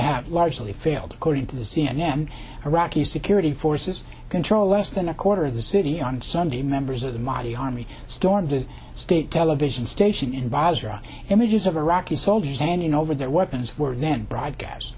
have largely failed according to the c n n iraqi security forces control less than a quarter of the city on sunday members of the mahdi army stormed the state television station in basra images of iraqi soldiers handing over their weapons were then broadcast